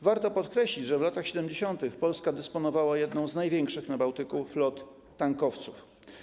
Warto podkreślić, że w latach 70. Polska dysponowała jedną z największych na Bałtyku flot tankowców.